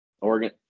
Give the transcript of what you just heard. Oregon